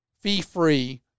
fee-free